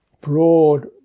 broad